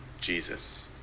Jesus